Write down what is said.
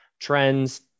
trends